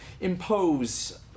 impose